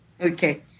Okay